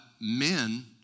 men